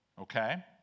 okay